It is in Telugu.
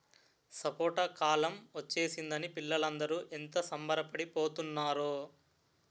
సపోటా కాలం ఒచ్చేసిందని పిల్లలందరూ ఎంత సంబరపడి పోతున్నారో